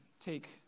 take